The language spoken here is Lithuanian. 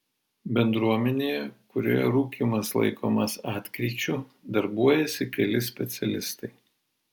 bendruomenėje kurioje rūkymas laikomas atkryčiu darbuojasi keli specialistai